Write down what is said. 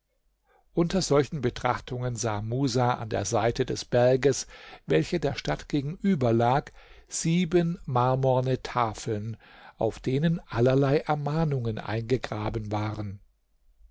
unter solchen betrachtungen sah musa an der seite des berges welche der stadt gegenüber lag sieben marmorne tafeln auf denen allerlei ermahnungen eingegraben waren